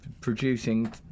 producing